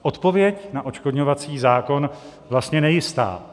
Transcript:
Odpověď na odškodňovací zákon vlastně nejistá.